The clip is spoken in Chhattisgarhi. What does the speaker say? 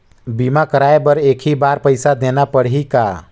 बीमा कराय बर एक ही बार पईसा देना पड़ही का?